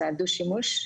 זה הדו-שימוש,